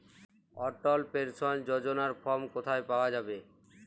অটল pension যোজনার form কোথায় পাওয়া যাবে?